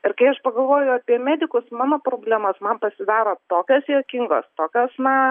ir kai aš pagalvoju apie medikus mano problemos man pasidaro tokios juokingos tokios na